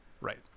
right